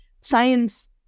science